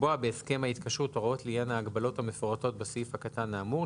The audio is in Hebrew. לקבוע בהסכם ההתקשרות הוראות לעניין ההגבלות המפורטות בסעיף הקטן האמור,